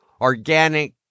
Organic